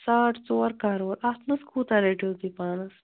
ساڑ ژور کَرور اَتھ منٛز کوٗتاہ رٔٹِو تُہۍ پانَس